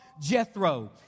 Jethro